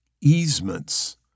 Easements